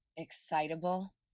Excitable